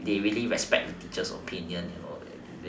they really respect the teacher's opinion you know